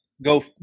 go